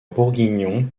bourguignon